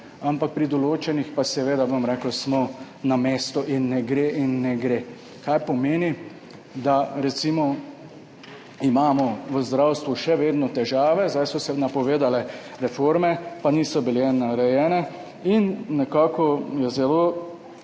ampak pri določenih pa smo na mestu in ne gre in ne gre. Kar pomeni, da imamo recimo v zdravstvu še vedno težave, zdaj so se napovedale reforme, pa niso bile narejene, in nekako je zelo